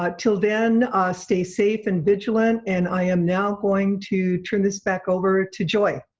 ah till then stay safe and vigilant and i am now going to turn this back over to joy.